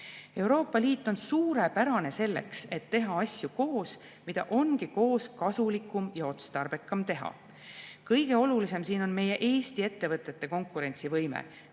Euroopa Liit suurepärane selleks, et teha asju koos – neid, mida ongi koos kasulikum ja otstarbekam teha. Kõige olulisem siin on meie Eesti ettevõtete konkurentsivõime,